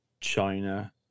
China